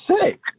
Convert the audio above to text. sick